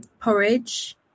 porridge